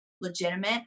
legitimate